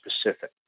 specific